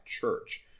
church